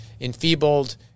enfeebled